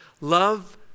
Love